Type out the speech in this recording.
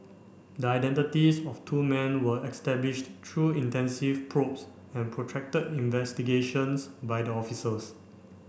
the identities of two men were established through intensive probes and protracted investigations by the officers